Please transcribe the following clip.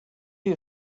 who